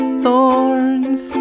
thorns